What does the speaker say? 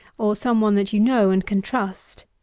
or some one that you know and can trust.